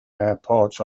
airports